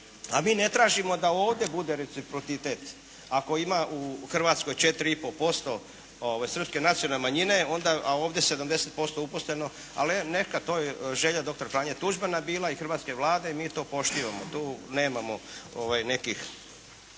a mi ne tražimo da ovdje bude reciprocitet ako ima u Hrvatskoj 4,5% srpske nacionalne manjine onda a ovdje je 70% uposleno. Ali neka, to je želja doktor Franje Tuđmana bila i hrvatske Vlade i mi to poštivamo, tu nemamo nekih.